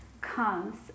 comes